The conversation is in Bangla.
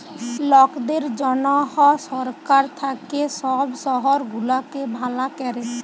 লকদের জনহ সরকার থাক্যে সব শহর গুলাকে ভালা ক্যরে